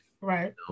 Right